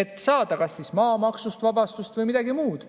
et saada kas siis maamaksust vabastust või midagi muud.